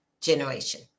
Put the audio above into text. generation